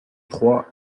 trois